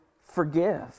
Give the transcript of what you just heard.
forgive